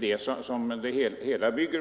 Vad frågan gäller är emellertid om vi